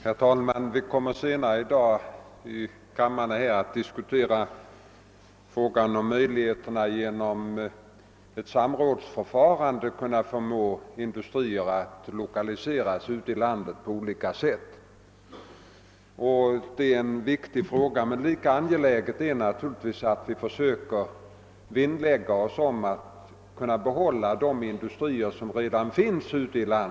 Herr talman! Vi kommer senare i dag att här i kammaren diskutera frågan om möjligheterna att genom ett samrådsförfarande förmå industrier att på olika sätt lokalisera sig ute i landet. Det är en viktig fråga. Men lika angeläget är att vi vinnlägger oss om att kunna behålla de industrier som redan finns där.